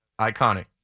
iconic